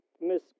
Miss